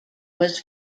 was